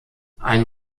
ein